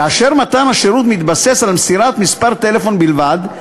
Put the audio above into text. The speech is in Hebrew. כאשר מתן השירות מתבסס על מסירת מספר טלפון בלבד,